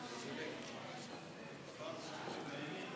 של קבוצת סיעת המחנה הציוני,